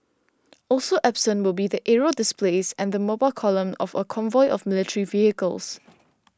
also absent will be the aerial displays and the mobile column of a convoy of military vehicles